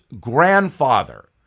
grandfather